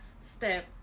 step